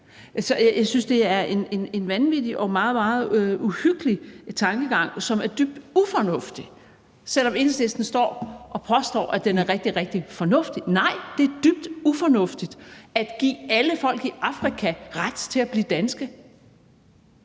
jeg synes, det er en vanvittig og meget, meget uhyggelig tankegang, som er dybt ufornuftig, selv om Enhedslisten står og påstår, at den er rigtig, rigtig fornuftig. Nej, det er dybt ufornuftigt at give alle folk i Afrika ret til at blive danske.